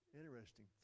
interesting